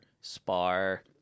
Spar